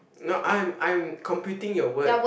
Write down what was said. no I am I am completing your words